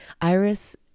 Iris